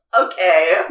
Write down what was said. Okay